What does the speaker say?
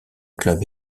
club